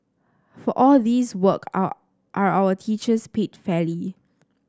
for all this work are are our teachers paid fairly